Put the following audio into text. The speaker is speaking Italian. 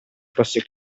fosse